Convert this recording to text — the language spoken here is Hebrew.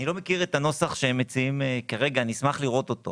אני לא מכיר את הנוסח שהם מציעים כרגע ואני אשמח לראות אותו.